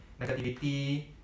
negativity